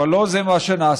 אבל לא זה מה שנעשה.